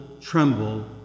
tremble